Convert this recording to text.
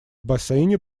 бассейне